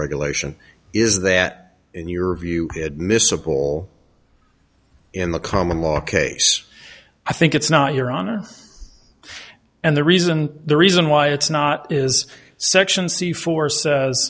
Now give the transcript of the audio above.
regulation is that in your view miscible in the common law case i think it's not your honor and the reason the reason why it's not is section c four says